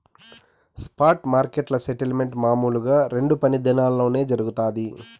spot మార్కెట్ల settlement మామూలుగా రెండు పని దినాల్లోనే జరగతాది